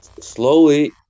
slowly